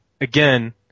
again